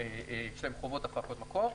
מקור, יש להם חובות הפקות מקור.